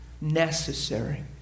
necessary